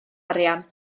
arian